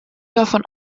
davon